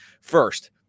first